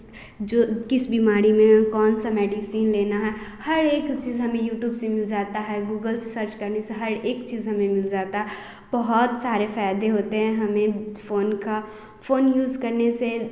जो किस बीमारी में कौन सा मेडिसिन लेना है हर एक चीज़ हमें यूट्यूब से मिल जाता है गूगल से सर्च करने से हर एक चीज़ हमें मिल जाता बहुत सारे फ़ायदे होते हैं हमें फ़ोन का फ़ोन यूज़ करने से